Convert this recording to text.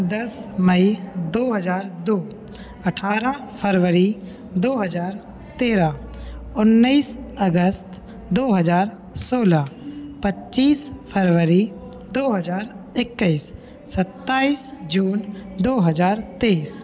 दस मई दो हज़ार दो अट्ठारह फरवरी दो हज़ार तेरह उन्नीस अगस्त दो हज़ार सोलह पच्चीस फरवरी दो हज़ार इक्कीस सत्ताईस जून दो हज़ार तेईस